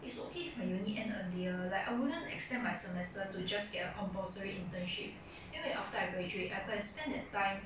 it's okay if my uni and earlier like I wouldn't extend my semester to just get a compulsory internship 因为 after I graduate I could have spend that time